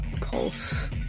pulse